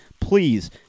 Please